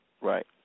Right